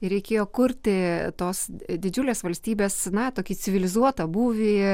reikėjo kurti tos didžiulės valstybės na tokį civilizuotą būvį